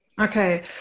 Okay